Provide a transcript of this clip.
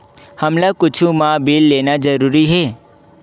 हमला कुछु मा बिल लेना जरूरी हे?